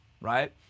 right